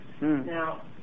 Now